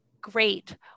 Great